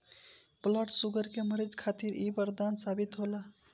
blood sugar के मरीज खातिर इ बरदान साबित होला